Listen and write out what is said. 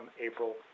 April